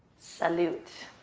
salute.